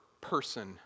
person